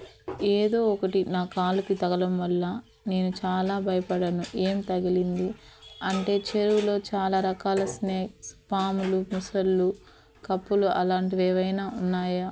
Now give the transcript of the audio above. ఏదో ఒకటి నా కాలికి తగలడం వల్ల నేను చాలా భయపడ్డాను ఏం తగిలింది అంటే చెరువులో చాలా రకాల స్నేక్స్ పాములు మొసళ్ళు కప్పలు అలాంటివి ఏవైనా ఉన్నాయా